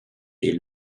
est